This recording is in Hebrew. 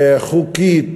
חוקית,